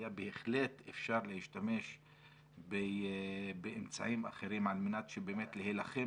היה בהחלט אפשר להשתמש באמצעים אחרים על מנת שבאמת להילחם